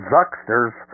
Zuckster's